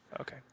Okay